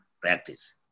practice